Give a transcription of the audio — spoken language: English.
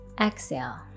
Exhale